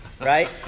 right